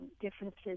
differences